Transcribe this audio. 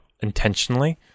intentionally